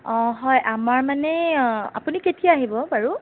অঁ হয় আমাৰ মানে আপুনি কেতিয়া আহিব বাৰু